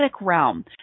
realm